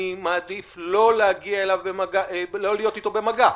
אני מעדיף לא להיות אתו במגע.